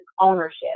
ownership